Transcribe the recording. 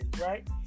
right